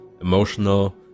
emotional